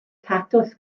tatws